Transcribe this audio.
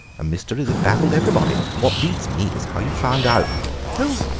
a mystery that baffled everybody. what beats me is how you found out oh,